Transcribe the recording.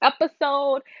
episode